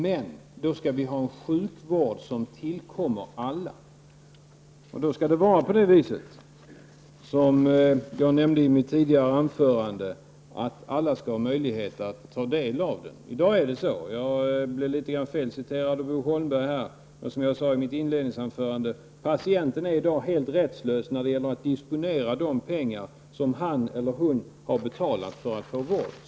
Men då skall vi ha en sjukvård som tillkommer alla. Då skall det vara så, som jag nämnde i mitt tidigare anförande, att alla skall ha möjlighet att ta del av den. Jag blev litet felciterad av Bo Holmberg, men som jag sade i mitt inledningsanförande är patienten i dag helt rättslös när det gäller att disponera de pengar som han eller hon har betalat för att få vård.